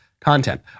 content